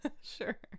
sure